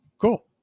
Cool